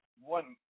one